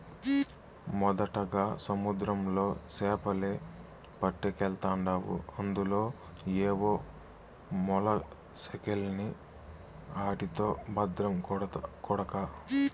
మొదటగా సముద్రంలో సేపలే పట్టకెల్తాండావు అందులో ఏవో మొలసకెల్ని ఆటితో బద్రం కొడకా